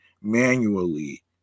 manually